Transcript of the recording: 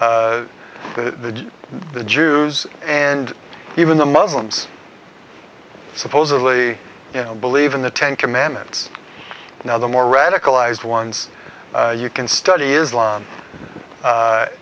to the jews and even the muslims supposedly you know believe in the ten commandments now the more radicalized ones you can study islam